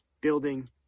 building